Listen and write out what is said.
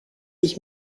ich